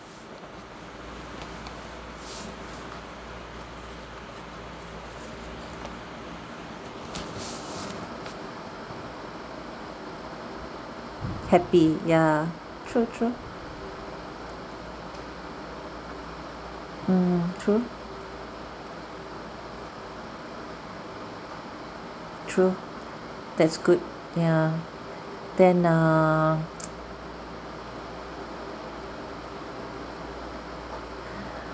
happy ya true true mm true true that's good ya then err